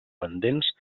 pendents